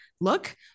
look